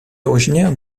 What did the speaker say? originaire